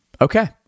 okay